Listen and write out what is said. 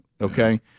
okay